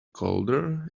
colder